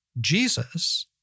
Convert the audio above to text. Jesus